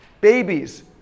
Babies